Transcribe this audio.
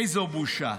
איזו בושה.